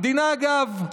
המדינה, אגב,